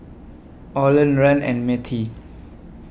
Orland Rand and Mettie